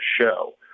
show